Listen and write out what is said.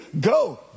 go